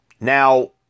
Now